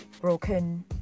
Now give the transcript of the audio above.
broken